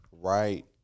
Right